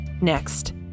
next